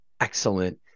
excellent